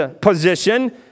position